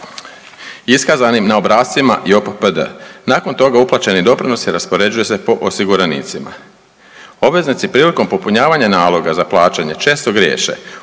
iskazanim na obrascima JOPPD. Nakon toga uplaćeni doprinosi raspoređuju se po osiguranicima. Obveznici prilikom popunjavanja naloga za plaćanje često griješe